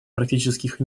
практических